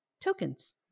tokens